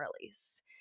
release